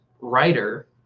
writer